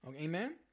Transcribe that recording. Amen